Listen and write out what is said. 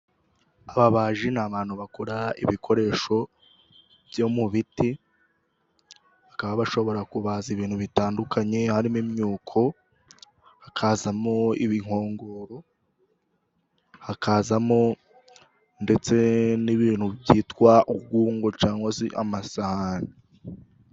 Ababaji ni abantu bakora ibikoresho byo mu biti, bakaba bashobora kubaza ibintu bitandukanye harimo imyuko, hakazamo inkongoro, hakazamo ndetse n'ibintu byitwa urwungo cyangwa se amasahani.